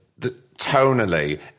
Tonally